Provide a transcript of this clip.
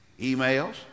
emails